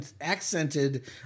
accented